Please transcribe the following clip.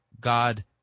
God